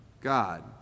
God